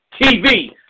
TV